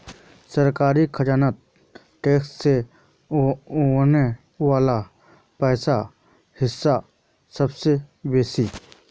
सरकारी खजानात टैक्स से वस्ने वला पैसार हिस्सा सबसे बेसि